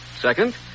Second